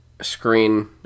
screen